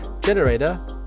generator